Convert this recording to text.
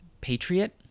patriot